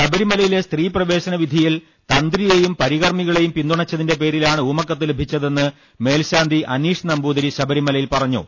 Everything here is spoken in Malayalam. ശബരിമലയിലെ സ്ത്രീ പ്രവേശന വിധിയിൽ തന്ത്രിയെയും പരികർമികളെയും പിന്തുണച്ചതിന്റെ പേരിലാണ് ഊമക്കത്ത് ലഭിച്ചതെന്ന് മേൽശാന്തി അനീഷ് നമ്പൂതിരി ശബരിമലയിൽ പറ ഞ്ഞു